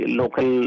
local